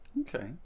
Okay